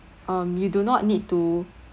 um you do not need to